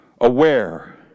aware